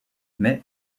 mais